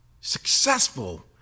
successful